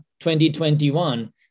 2021